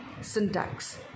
syntax